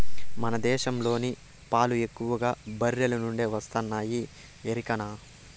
మన దేశంలోని పాలు ఎక్కువగా బర్రెల నుండే వస్తున్నాయి ఎరికనా